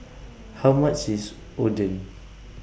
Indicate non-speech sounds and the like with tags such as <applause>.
<noise> How much IS Oden